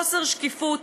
חוסר שקיפות,